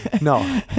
No